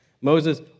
Moses